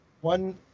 one